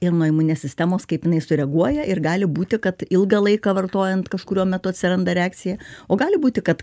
ir nuo imuninės sistemos kaip jinai sureaguoja ir gali būti kad ilgą laiką vartojant kažkuriuo metu atsiranda reakcija o gali būti kad